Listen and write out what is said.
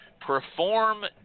perform